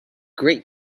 great